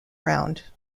round